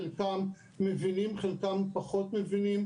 חלקם מבינים וחלקם פחות מבינים,